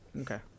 Okay